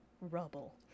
rubble